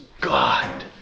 God